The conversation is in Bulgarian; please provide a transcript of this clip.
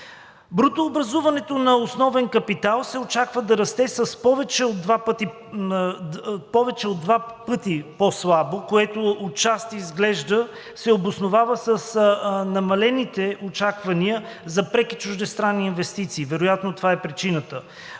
Брутообразуването на основен капитал се очаква да расте с повече от два пъти по-слабо, което отчасти изглежда се обосновава с намалените очаквания за преки чуждестранни инвестиции. Вероятно това е причината.